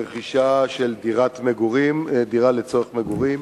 ברכישת דירה לצורך מגורים,